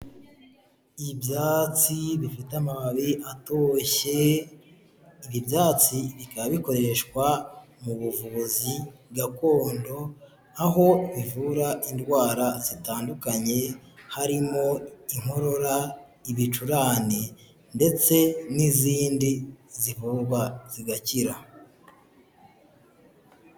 Ibyatsi bifite amababi atoshye, ibi byatsi bikaba bikoreshwa mu buvuzi gakondo, aho bivura indwara zitandukanye harimo inkorora, ibicurane ndetse n'izindi zivurwa zigakira.